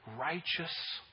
righteous